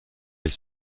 elle